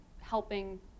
helping